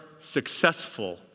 successful